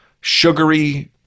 sugary